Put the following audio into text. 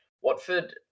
Watford